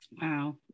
Wow